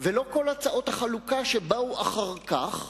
ולא כל הצעות החלוקה שבאו אחר כך.